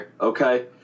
okay